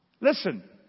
Listen